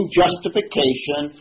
justification